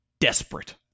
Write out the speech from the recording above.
Desperate